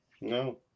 No